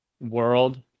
world